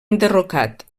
enderrocat